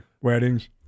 weddings